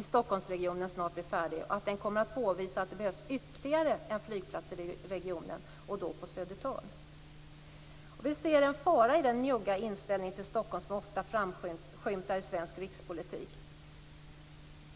i Stockholmsregionen snart blir färdig och att den kommer att påvisa att det behövs ytterligare en flygplats i regionen och då på Södertörn. Vi ser en fara i den njugga inställning till Stockholm som ofta framskymtar i svensk rikspolitik.